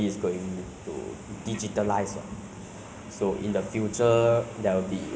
know all those ah robots that's like dominating the world and then it's like